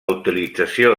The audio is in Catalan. utilització